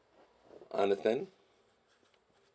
understand